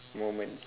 moment